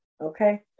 Okay